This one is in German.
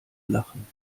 lachen